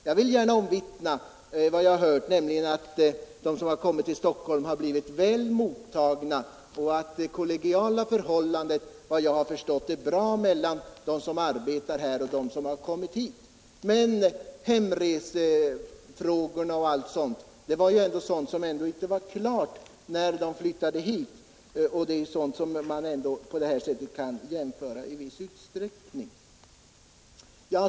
Jag vill gärna omvittna vad jag hört, nämligen att de poliser som kommenderats till Stockholm har blivit väl mottagna och att det kollegiala förhållandet är bra mellan dem som arbetar här och dem som kommit hit. Men hemresefrågorna m.m. var ändå oklara när de flyttade hit, och det är sådant som man kan jämföra i viss utsträckning med situationen vid utflyttning från Stockholm.